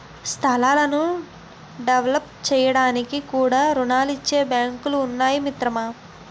స్థలాలను డెవలప్ చేయడానికి కూడా రుణాలిచ్చే బాంకులు ఉన్నాయి మిత్రమా